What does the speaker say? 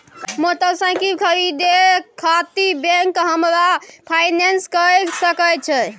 Motorcycle खरीदे खातिर bank हमरा फिनांस कय सके छै?